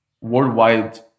worldwide